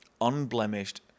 unblemished